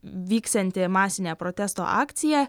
vyksianti masinė protesto akcija